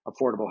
affordable